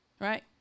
right